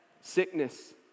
sickness